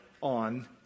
on